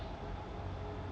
wait